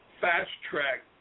fast-track